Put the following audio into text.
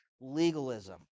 legalism